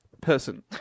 Person